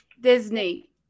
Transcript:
Disney